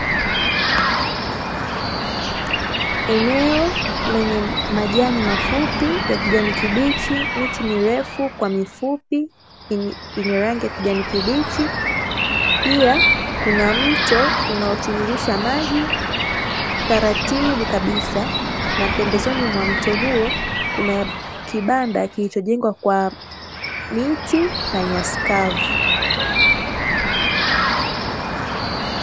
Eneo lenye majani mafupi ya kijani kibichi, miti mirefu kwa mifupi, yenye rangi ya kijani kibichi. Pia kuna mto unaotiririsha maji taratibu kabisa, na pembezoni mwa mto huo kuna kibanda kilichojengwa kwa miti na nyasi kavu.